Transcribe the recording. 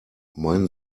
mein